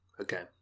Okay